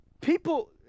People